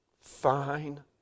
fine